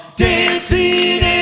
dancing